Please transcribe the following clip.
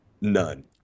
none